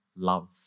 love